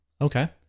okay